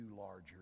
larger